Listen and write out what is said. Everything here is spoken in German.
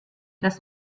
das